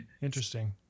Interesting